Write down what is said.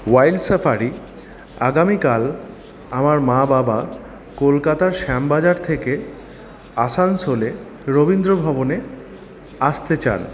wild safari আগামীকাল আমার মা বাবা কলকাতার শ্যামবাজার থেকে আসানসোলে রবীন্দ্রভবনে আসতে চান